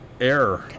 air